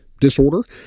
disorder